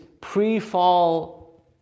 pre-fall